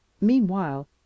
Meanwhile